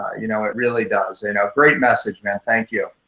ah you know it really does. and ah great message, man, thank you.